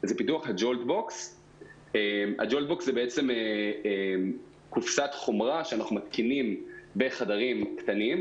זה פיתוה ה- Jolt boxשזה קופסת חומרה שאנחנו מתקינים בחדרים קטנים,